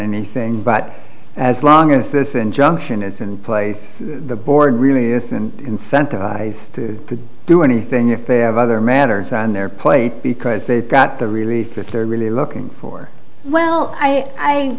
anything but as long as this injunction is in place the board really isn't incentivized to do anything if they have other matters on their plate because they've got the really that they're really looking for well i